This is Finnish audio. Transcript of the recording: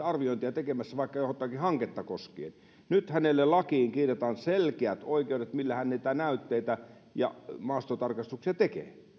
arviointia tekemässä vaikka jotakin hanketta koskien niin nyt hänelle lakiin kirjataan selkeät oikeudet millä hän niitä näytteitä ja maastotarkastuksia tekee